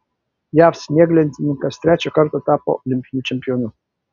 jav snieglentininkas trečią kartą tapo olimpiniu čempionu